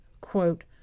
quote